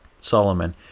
solomon